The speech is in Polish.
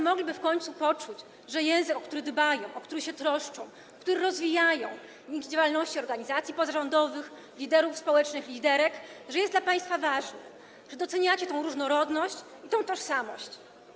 mogliby w końcu poczuć, że język, o który dbają, o który się troszczą, który rozwijają dzięki działalności organizacji pozarządowych, liderów społecznych, liderek, jest dla państwa ważny, że doceniacie tę różnorodność i tę tożsamość.